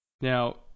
Now